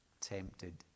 tempted